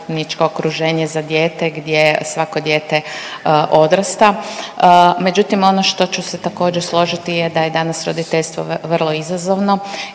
zaštitničko okruženje za dijete, gdje svako dijete odrasta. Međutim, ono što ću se također složiti je da je danas roditeljstvo vrlo izazovno